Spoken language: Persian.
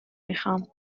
میخام